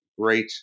great